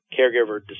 caregiver